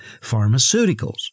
pharmaceuticals